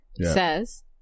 says